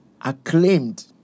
acclaimed